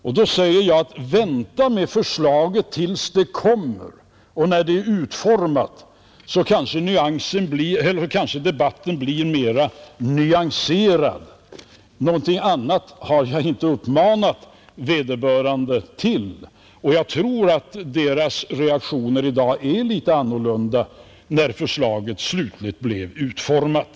Därför sade jag: Vänta tills förslaget kommer! När det är utformat blir kanske debatten mera nyanserad. Något annat har jag inte uppmanat vederbörande till, och jag tror att deras reaktioner är litet annorlunda i dag när förslaget blivit slutligt utformat.